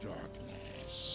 Darkness